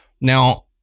Now